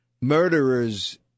murderers